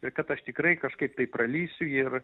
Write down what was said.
ir kad aš tikrai kažkaip tai pralįsiu ir